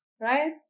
Right